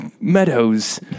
meadows